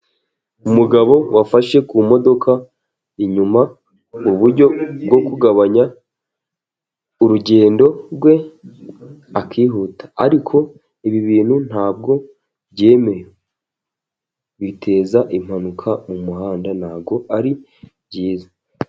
Umugabo wafashe ku modoka inyuma, uburyo bwo kugabanya urugendo rwe akihuta, ariko ibi bintu ntabwo byemewe, biteza impanuka mu muhanda ntabwo ari byiza.